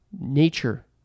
Nature